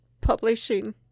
publishing